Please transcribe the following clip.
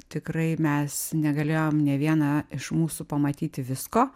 tikrai mes negalėjom nė viena iš mūsų pamatyti visko